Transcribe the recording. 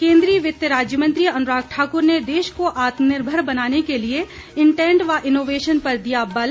केंद्रीय वित्त राज्य मंत्री अनुराग ठाकुर ने देश को आत्मनिर्मर बनाने के लिए इंटेंट व इनोवेशन पर दिया बल